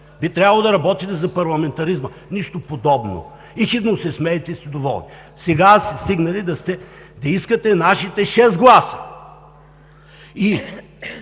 би трябвало да работите за парламентаризма, нищо подобно! Ехидно се смеете и сте доволни, сега сте стигнали да искате нашите шест гласа. Ние